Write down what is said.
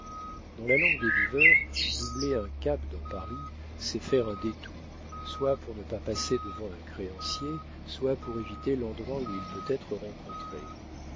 dans la langue des viveurs doubler un cap dans paris c'est faire un détour soit pour ne pas passer devant un créancier soit pour éviter l'endroit où il peut être rencontré